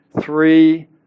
three